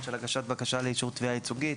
של הגשת בקשה לאישור תביעה ייצוגית,